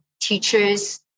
teachers